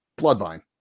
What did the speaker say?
bloodline